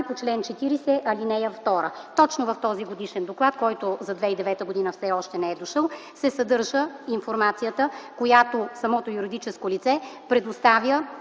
по чл. 40, ал. 2. Точно в този годишен доклад за 2009 г., който все още не е дошъл, се съдържа информацията, която самото юридическо лице предоставя